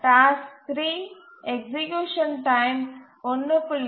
task 3 execution time 1